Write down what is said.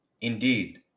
Indeed